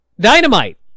dynamite